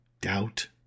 doubt